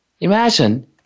imagine